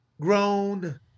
grown